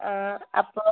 ആ അപ്പോൾ